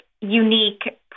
unique